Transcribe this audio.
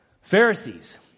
Pharisees